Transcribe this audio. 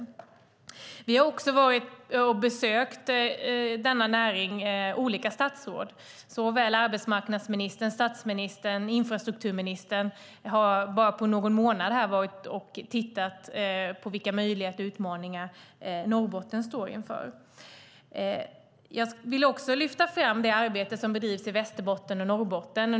Olika statsråd har också besökt denna näring. Såväl arbetsmarknadsministern som statsministern och infrastrukturministern har på bara någon månad varit och tittat på vilka möjligheter och utmaningar Norrbotten står inför. Jag vill också lyfta fram det arbete som bedrivs i Västerbotten och Norrbotten.